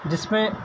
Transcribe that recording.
جس میں